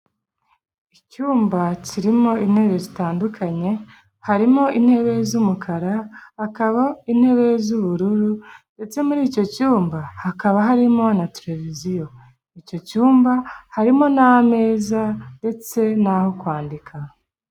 Icyumba kirimo intebe zitandukanye harimo intebe z'umukara, hakaba intebe z'ubururu ndetse muri icyo cyumba hakaba harimo na televiziyo, icyo cyumba harimo n'ameza ndetse n'aho kwandika.